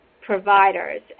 providers